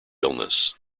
illness